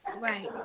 Right